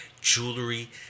jewelry